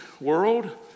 world